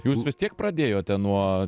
jūs vis tiek pradėjote nuo